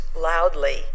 loudly